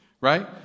right